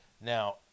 Now